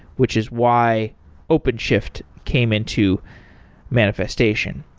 which is why openshift came into manifestation.